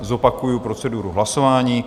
Zopakuji proceduru hlasování.